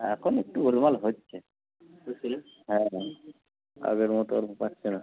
একন একটু গোলমাল হচ্ছে হ্যাঁ হ্যাঁ আগের মতো ওরকম পাচ্ছে না